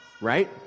right